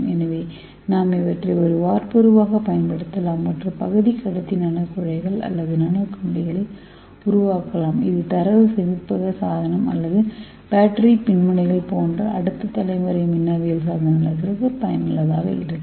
எனவே நாம் இவற்றை ஒரு வார்ப்புருவாகப் பயன்படுத்தலாம் மற்றும் பகுதிக்கடத்தி நானோ குழாய்கள் அல்லது நானோ கம்பிகளை உருவாக்கலாம் இது தரவு சேமிப்பக சாதனம் அல்லது பேட்டரி மின்முனைகள் போன்ற அடுத்த தலைமுறை மின்னணுவியல் சாதனங்களுக்கு பயனுள்ளதாக இருக்கும்